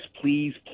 please